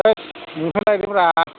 होत नोंनिफ्रायनो लाबोदोंब्रा